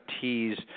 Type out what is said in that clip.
tease